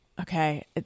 Okay